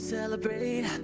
Celebrate